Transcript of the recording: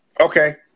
okay